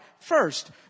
first